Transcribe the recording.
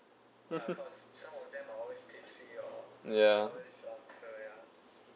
ya